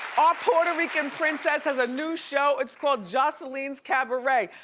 our puerto rican princess has a new show, it's called, joseline's cabaret.